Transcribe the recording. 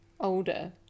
older